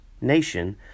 nation